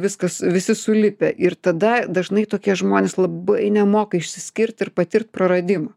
viskas visi sulipę ir tada dažnai tokie žmonės labai nemoka išsiskirt ir patirt praradimo